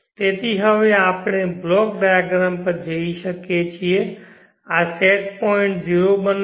તેથી હવે આપણે બ્લોક ડાયાગ્રામ પર જઈ શકીએ છીએ આ સેટ પોઇન્ટ 0 બનાવો